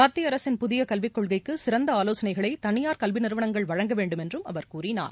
மத்திய அரசின் புதிய கல்விக் கொள்கைக்கு சிறந்த ஆலோசனைகளை தனியார் கல்வி நிறுவனங்கள் வழங்க வேண்டுமென்றும் அவர் கூறினார்